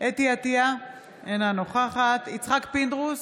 חוה אתי עטייה, אינה נוכחת יצחק פינדרוס,